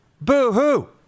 boo-hoo